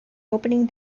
opening